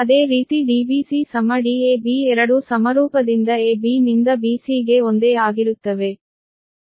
ಅದೇ ರೀತಿ dbc dab ಎರಡೂ ಸಮರೂಪದಿಂದ a b ನಿಂದ b c ಗೆ ಒಂದೇ ಆಗಿರುತ್ತವೆ